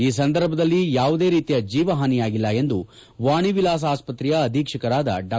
ಈ ಸಂದರ್ಭದಲ್ಲಿ ಯಾವುದೇ ರೀತಿಯ ಜೀವಹಾನಿಯಾಗಿಲ್ಲ ಎಂದು ವಾಣಿ ವಿಲಾಸ ಆಸ್ತ್ರೆಯ ಅಧೀಕ್ಷಕರಾದ ಡಾ